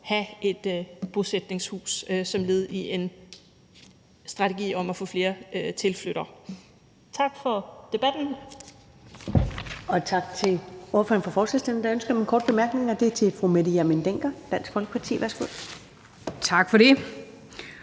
have et bosætningshus som led i en strategi om at få flere tilflyttere. Tak for debatten.